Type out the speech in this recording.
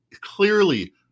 clearly